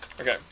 Okay